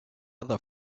other